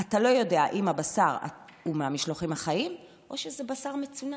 אתה לא יודע אם הבשר הוא מהמשלוחים החיים או שזה בשר מצונן.